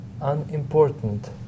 unimportant